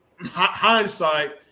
hindsight